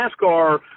NASCAR